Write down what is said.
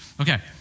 Okay